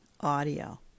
audio